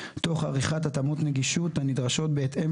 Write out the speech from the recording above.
תוך עריכת התאמות נגישות הנדרשות בהתאם